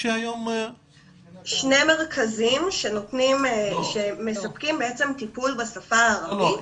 שני מרכזים שמספקים טיפול בשפה הערבית.